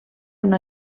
una